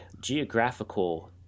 geographical